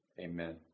Amen